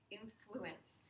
influence